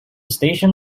station